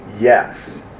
yes